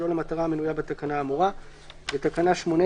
שלא למטרה המנויה בתקנה האמורה."; (3)בתקנה 18